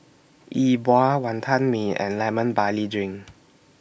E Bua Wantan Mee and Lemon Barley Drink